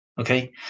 Okay